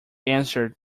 answered